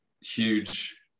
huge